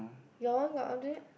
your one got update